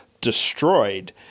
destroyed